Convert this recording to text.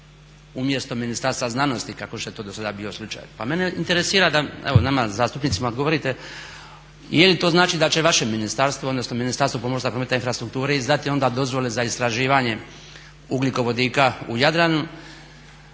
umjesto ministarstva znanosti kako što je to do sada bio slučaj. Pa mene interesira da, evo nama zastupnicima odgovorite je li to znači da će vaše ministarstvo, odnosno Ministarstvo pomorstva, prometa i infrastrukture izdati onda dozvole za istraživanje ugljikovodika u Jadran?